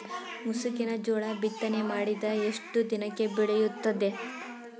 ಮುಸುಕಿನ ಜೋಳ ಬಿತ್ತನೆ ಮಾಡಿದ ಎಷ್ಟು ದಿನಕ್ಕೆ ಬೆಳೆಯುತ್ತದೆ?